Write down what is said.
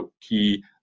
key